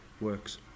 works